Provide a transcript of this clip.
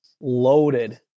loaded